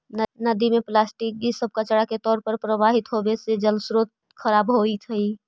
नदि में प्लास्टिक इ सब कचड़ा के तौर पर प्रवाहित होवे से जलस्रोत खराब होइत हई